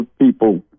people